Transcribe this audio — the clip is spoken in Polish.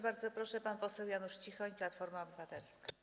Bardzo proszę, pan poseł Janusz Cichoń, Platforma Obywatelska.